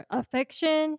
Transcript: affection